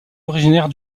originaire